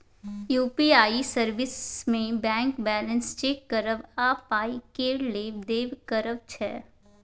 UPI service मे bank balance check करब आ पाइ केर लेब देब करब छै